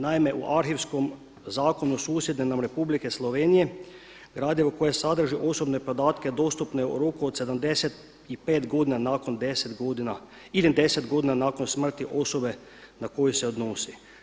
Naime, u arhivskom zakonu susjedne nam Republike Slovenije gradivo koje sadrži podatke dostupne u roku od 75 godina nakon 10 godina ili 10 godina nakon smrti osobe na koju se odnosi.